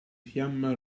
fiamma